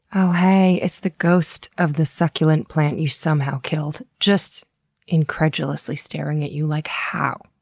oh, haaaay. it's the ghost of the succulent plant you somehow killed, just incredulously staring at you like, how?